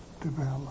develop